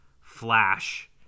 flash